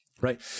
right